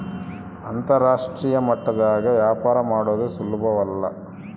ಅಂತರಾಷ್ಟ್ರೀಯ ಮಟ್ಟದಾಗ ವ್ಯಾಪಾರ ಮಾಡದು ಸುಲುಬಲ್ಲ